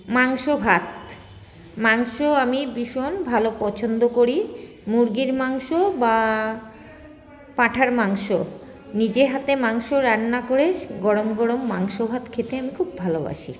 মাংস ভাত মাংস আমি ভীষণ ভালো পছন্দ করি মুরগির মাংস বা পাঁঠার মাংস নিজের হাতে মাংস রান্না করে গরম গরম মাংস ভাত খেতে আমি খুব ভালোবাসি